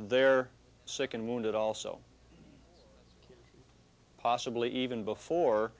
their sick and wounded also possibly even before